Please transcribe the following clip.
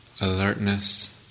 alertness